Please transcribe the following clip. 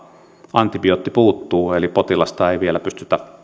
antibiootti puuttuu eli potilasta ei vielä pystytä